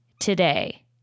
today